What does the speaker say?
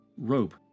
Rope